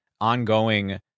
ongoing